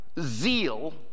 zeal